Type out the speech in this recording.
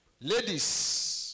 Ladies